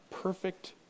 perfect